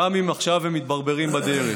גם אם עכשיו הם מתברברים בדרך,